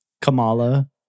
Kamala